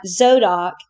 Zodok